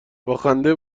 باخنده